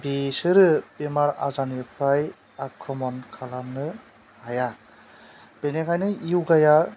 बिसोरो बेराम आजारनिफ्राय आख्रमान खालामनो हाया बेनिखायनो यगा या